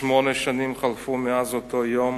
שמונה שנים חלפו מאז אותו יום